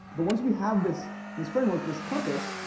but once we have this this framework, this compass,